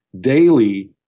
daily